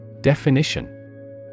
Definition